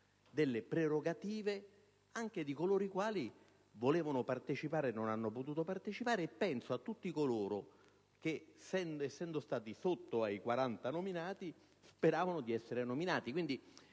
delle prerogative anche di coloro i quali volevano partecipare e non hanno potuto farlo e penso a tutti coloro che, essendo stati sotto ai 40 nominati, speravano di essere nominati.